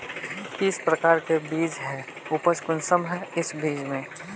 किस प्रकार के बीज है उपज कुंसम है इस बीज में?